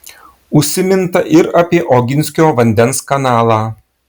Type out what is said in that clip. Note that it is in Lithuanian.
užsiminta ir apie oginskio vandens kanalą